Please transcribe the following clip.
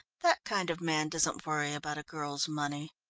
that kind of man doesn't worry about a girl's money.